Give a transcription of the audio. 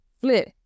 flip